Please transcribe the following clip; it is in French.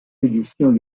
éditions